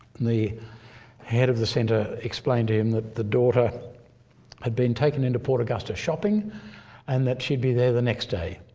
the head of the centre explained him that the daughter had been taken into port augusta shopping and that she'd be there the next day.